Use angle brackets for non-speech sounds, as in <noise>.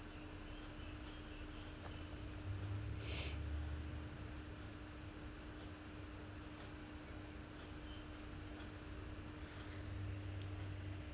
<noise>